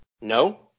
No